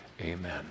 amen